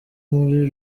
muri